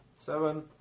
Seven